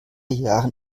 jahren